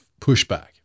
pushback